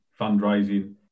fundraising